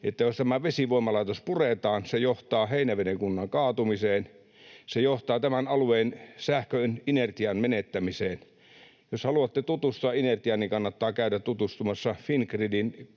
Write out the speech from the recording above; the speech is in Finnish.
jos tämä vesivoimalaitos puretaan, se johtaa Heinäveden kunnan kaatumiseen, se johtaa tämän alueen sähkön inertian menettämiseen? Jos haluatte tutustua inertiaan, niin kannattaa käydä tutustumassa Fingridin